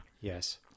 Yes